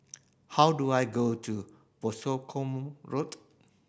how do I go to Boscombe Road